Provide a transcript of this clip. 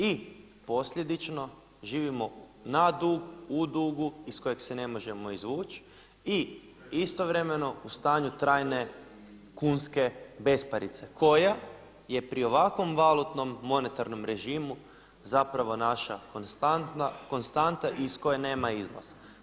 I posljedično, živimo na dug u dugu iz kojeg se ne možemo izvuć i istovremeno u stanju trajne kunske besparice koja je pri ovakvom valutnom monetarnom režimu zapravo naša konstanta iz koje nema izlaza.